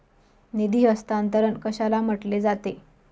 निधी हस्तांतरण कशाला म्हटले जाते?